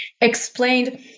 explained